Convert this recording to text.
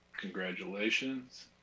Congratulations